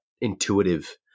intuitive